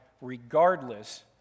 regardless